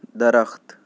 درخت